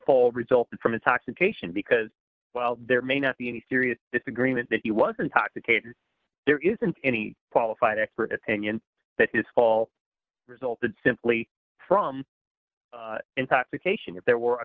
d results from intoxication because while there may not be any serious disagreement that he was intoxicated and there isn't any qualified expert opinion that his call resulted simply from intoxication if there were